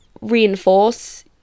reinforce